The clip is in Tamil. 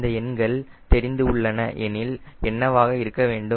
இந்த எண்கள் தெரிந்து உள்ளன எனில் TWT0 என்னவாக இருக்க வேண்டும்